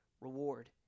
reward